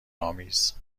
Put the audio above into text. آمیز